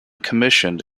commissioned